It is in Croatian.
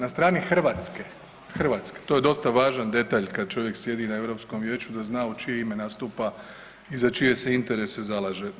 Na strani Hrvatske, Hrvatske, to je dosta važan detalj kad čovjek sjedi na Europskom vijeću da zna u čije ime nastupa i za čije se interese zalaže.